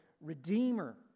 Redeemer